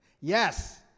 Yes